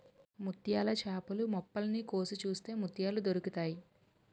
ముత్యాల చేపలు మొప్పల్ని కోసి చూస్తే ముత్యాలు దొరుకుతాయి